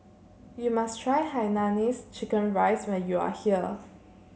you must try Hainanese Chicken Rice when you are here